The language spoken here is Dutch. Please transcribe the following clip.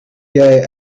jij